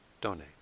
donate